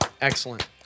Excellent